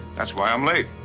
that's why i'm late.